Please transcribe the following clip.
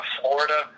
Florida